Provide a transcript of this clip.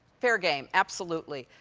fair game, absolutely.